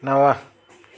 नव